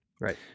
right